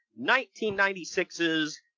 1996's